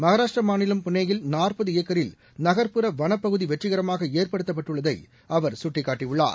மகாராஷ்டிரா மாநிலம் புனேயில் ஏக்கில் நகர்ப்புற வனப்பகுதி வெற்றிகரமாக ஏற்படுத்தப்பட்டுள்ளதை அவர் சுட்டிக்காட்டியுள்ளார்